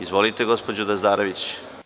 Izvolite, gospođo Dazdarević.